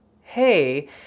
hey